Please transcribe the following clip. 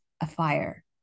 afire